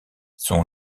son